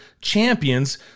champions